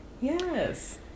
Yes